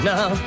Now